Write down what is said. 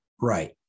Right